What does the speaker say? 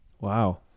Wow